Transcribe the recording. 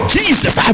Jesus